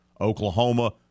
Oklahoma